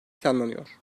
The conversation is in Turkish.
planlanıyor